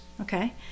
Okay